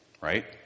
right